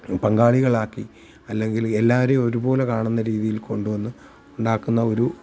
പങ്കാളികളാക്കി അല്ലെങ്കിൽ എല്ലാവരേയും ഒരുപോലെ കാണുന്ന രീതിയിൽ കൊണ്ടുവന്ന് ഉണ്ടാക്കുന്ന ഒരു